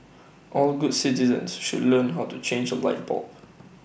all good citizens should learn how to change A light bulb